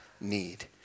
need